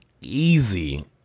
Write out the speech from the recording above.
easy